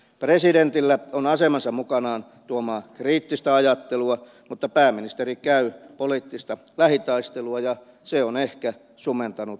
presidentillä on asemansa mukanaan tuomaa kriittistä ajattelua mutta pääministeri käy poliittista lähitaistelua ja se on ehkä sumentanut ulkopoliittisen ajattelun